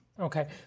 Okay